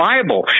Bible